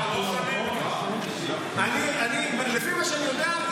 לפי מה שאני יודע,